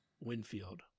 Winfield